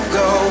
go